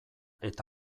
eta